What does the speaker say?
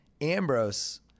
Ambrose